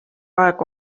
aega